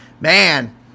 Man